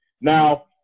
Now –